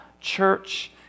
church